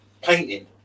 painting